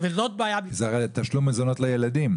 זה הרי תשלום מזונות לילדים.